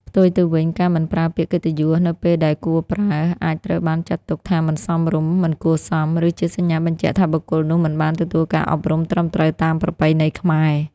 ផ្ទុយទៅវិញ ការមិនប្រើពាក្យកិត្តិយស នៅពេលដែលគួរប្រើ អាចត្រូវបានចាត់ទុកថាមិនសមរម្យ មិនគួរសម ឬជាសញ្ញាបញ្ជាក់ថាបុគ្គលនោះមិនបានទទួលការអប់រំត្រឹមត្រូវតាមប្រពៃណីខ្មែរ។